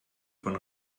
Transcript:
von